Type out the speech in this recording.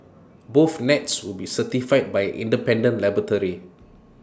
both nets will be certified by independent laboratory